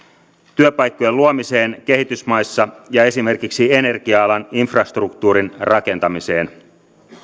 työpaikkojen luomiseen kehitysmaissa ja esimerkiksi energia alan infrastruktuurin rakentamiseen